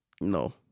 no